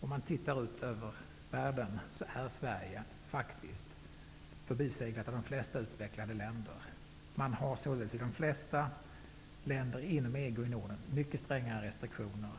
Om man tittar ut över världen, ser man faktiskt att Sverige är förbiseglat av flertalet utvecklade länder. Man har således i de flesta länderna inom EG och i Norden mycket strängare restriktioner.